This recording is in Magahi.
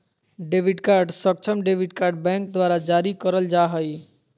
डेबिट कार्ड सक्षम डेबिट कार्ड बैंक द्वारा जारी करल जा हइ